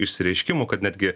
išsireiškimų kad netgi